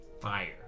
Fire